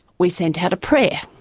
we sent out a prayer.